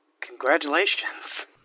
Congratulations